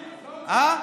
הא?